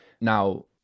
Now